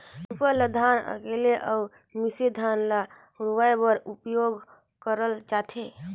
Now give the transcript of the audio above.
सूपा ल धान सकेले अउ मिसे धान ल उड़वाए बर उपियोग करल जाथे